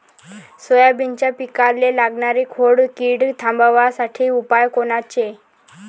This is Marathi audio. सोयाबीनच्या पिकाले लागनारी खोड किड थांबवासाठी उपाय कोनचे?